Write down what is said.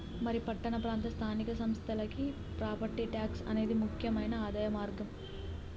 మరి పట్టణ ప్రాంత స్థానిక సంస్థలకి ప్రాపట్టి ట్యాక్స్ అనేది ముక్యమైన ఆదాయ మార్గం